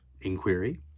inquiry